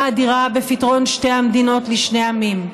אדירה בפתרון שתי המדינות לשני עמים.